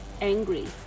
angry